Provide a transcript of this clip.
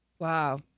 Wow